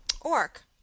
orc